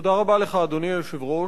תודה רבה לך, אדוני היושב-ראש.